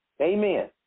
Amen